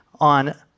on